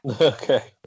Okay